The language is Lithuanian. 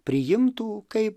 priimtų kaip